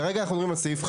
כרגע אנחנו מדברים על סעיף (5).